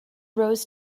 rose